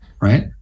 right